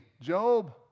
Job